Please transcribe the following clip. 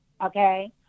okay